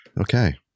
okay